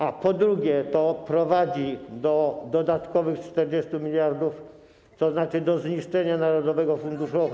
A po drugie, to prowadzi do dodatkowych 40 mld, to znaczy do zniszczenia Narodowego Funduszu Zdrowia.